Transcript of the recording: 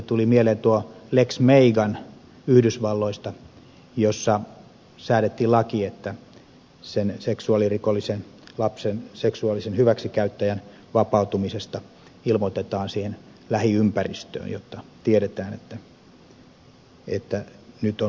tuli mieleen tuo lex megan yhdysvalloista jossa säädettiin laki että sen seksuaalirikollisen lapsen seksuaalisen hyväksikäyttäjän vapautumisesta ilmoitetaan siihen lähiympäristöön jotta tiedetään että nyt on vapautuminen koittanut